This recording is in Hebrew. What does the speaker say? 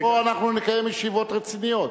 פה אנחנו נקיים ישיבות רציניות.